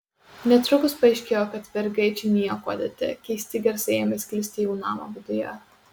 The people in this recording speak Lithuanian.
netrukus paaiškėjo kad vergai čia niekuo dėti keisti garsai ėmė sklisti jau namo viduje